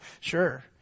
sure